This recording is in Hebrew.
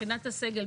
מבחינת הסגל.